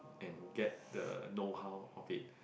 and get the know how of it